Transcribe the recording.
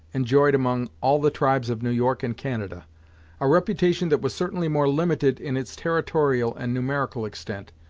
enjoyed among all the tribes of new york and canada a reputation that was certainly more limited in its territorial and numerical extent,